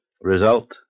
Result